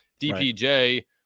DPJ